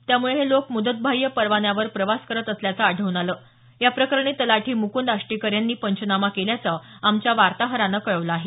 त्यामुळे हे लोक मुदतबाह्य परवान्यावर प्रवास करत असल्याचं आढळून आलं या प्रकरणी तलाठी मुकुंद आष्टीकर यांनी पंचनामा केल्याचं आमच्या वार्ताहरानं कळवलं आहे